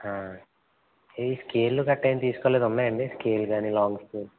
ఈ స్కేలు గట్ట ఏమి తీసుకోలేదా ఉన్నాయండి స్కేల్ కానీ లాంగ్ స్కేల్